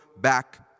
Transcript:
back